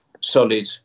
solid